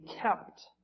kept